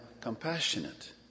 compassionate